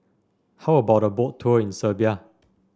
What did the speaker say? how about a Boat Tour in Serbia